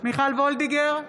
מיכל וולדיגר,